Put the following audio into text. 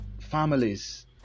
families